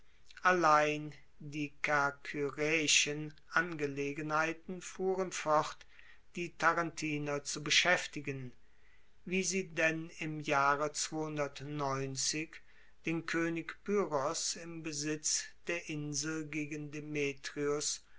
allein die kerkyraeischen angelegenheiten fuhren fort die tarentiner zu beschaeftigen wie sie denn im jahre den koenig pyrrhos im besitz der insel gegen demetrios